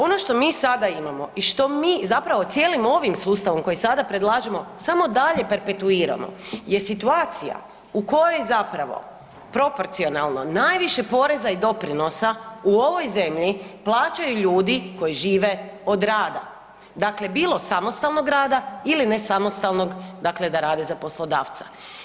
Ono što mi sada imamo i što mi zapravo cijelim ovim sustavom koji sada predlažemo samo dalje perpetuiramo je situacija u kojoj proporcionalno najviše poreza i doprinosa u ovoj zemlji plaćaju ljudi koji žive od rada, dakle bilo samostalnog rada ili nesamostalnog dakle da rade za poslodavca.